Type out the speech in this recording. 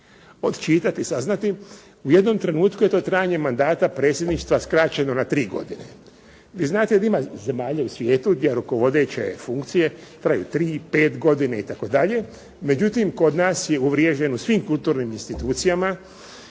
odčitati, saznati. U jednom trenutku je to trajanje mandata predsjedništva skraćeno na tri godine. Vi znate da ima zemalja u svijetu gdje rukovodeće funkcije traju tri, pet godina itd. Međutim, kod nas je uvriježeno u svim kulturnim institucijama